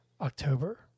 October